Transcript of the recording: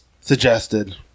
suggested